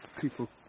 people